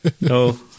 No